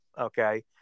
Okay